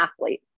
athlete